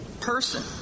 person